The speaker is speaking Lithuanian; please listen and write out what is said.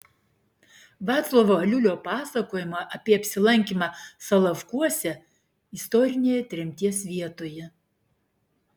vaclovo aliulio pasakojimą apie apsilankymą solovkuose istorinėje tremties vietoje